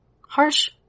Harsh